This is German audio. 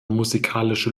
musikalische